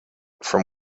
from